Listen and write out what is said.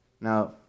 Now